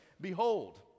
behold